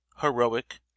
heroic